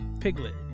Piglet